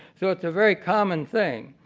so it's a very common thing.